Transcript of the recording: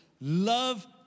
love